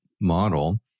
model